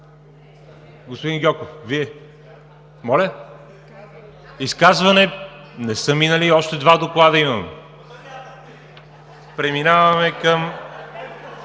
Господин Гьоков, изказване? Не са минали, още два доклада имаме. Преминаваме към